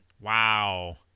Wow